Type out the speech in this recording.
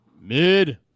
mid